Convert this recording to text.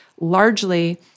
Largely